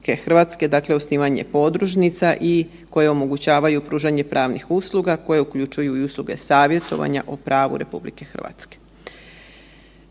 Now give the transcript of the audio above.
dakle osnivanje podružnica i koje omogućavaju pružanje pravnih usluga koje uključuju i usluge savjetovanja o pravu RH.